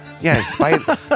Yes